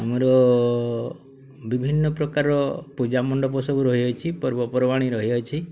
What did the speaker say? ଆମର ବିଭିନ୍ନ ପ୍ରକାର ପୂଜା ମଣ୍ଡପ ସବୁ ରହିଅଛି ପର୍ବପର୍ବାଣୀ ରହିଅଛି